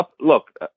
look